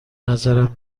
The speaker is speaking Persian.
بنظرم